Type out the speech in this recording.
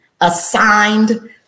assigned